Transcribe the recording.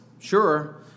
sure